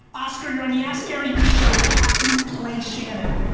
oscar, you're on the askgaryvee show with captain clay shannon.